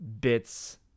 bits